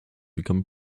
become